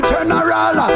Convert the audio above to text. General